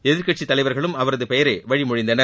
எதிர்க்கட்சித்தலைவர்களும் அவரது பெயரை வழிமொழிந்தனர்